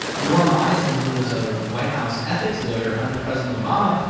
norm eisen, who was a white house ethics lawyer under president obama,